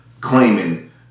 claiming